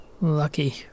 lucky